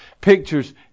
pictures